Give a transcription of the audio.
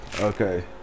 Okay